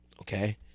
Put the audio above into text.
okay